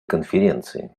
конференции